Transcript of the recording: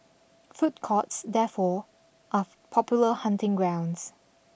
food courts therefore are popular hunting grounds